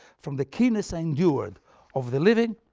from the keenness i endured of the living